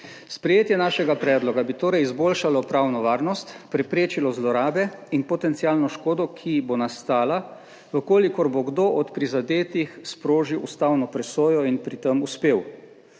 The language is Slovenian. Sprejetje našega predloga bi torej izboljšalo pravno varnost, preprečilo zlorabe in potencialno škodo, ki bo nastala, v kolikor bo kdo od prizadetih sprožil ustavno presojo in pri tem uspel.